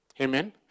Amen